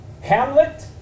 Hamlet